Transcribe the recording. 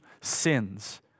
sins